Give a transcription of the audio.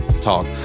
talk